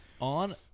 On